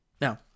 Now